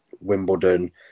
Wimbledon